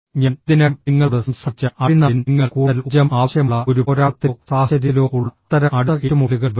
ഞാൻ ഇതിനകം നിങ്ങളോട് സംസാരിച്ച അഡ്രിനാലിൻ നിങ്ങൾ കൂടുതൽ ഊർജ്ജം ആവശ്യമുള്ള ഒരു പോരാട്ടത്തിലോ സാഹചര്യത്തിലോ ഉള്ള അത്തരം അടുത്ത ഏറ്റുമുട്ടലുകളിൽ വരുന്നു